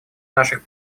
наших